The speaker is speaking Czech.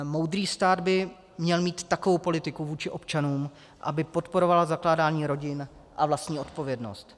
Moudrý stát by měl mít takovou politiku vůči občanům, aby podporovala zakládání rodin a vlastní odpovědnost.